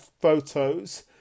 photos